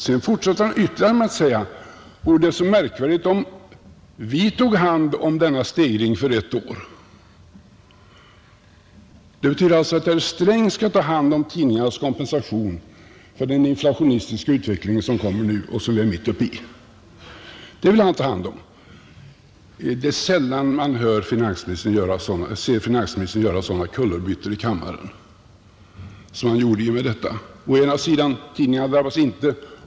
Sedan fortsatte han med att säga: Vore det så märkvärdigt om vi tog hand om denna stegring för ett år? Det betyder alltså att herr Sträng skall ta hand om tidningarnas kompensation för den inflationistiska utveckling som kommer nu och som vi är mitt uppe i. Den vill han ta hand om! Det är sällan man ser finansministern göra sådana kullerbyttor i kammaren: Å ena sidan — tidningarna drabbas inte.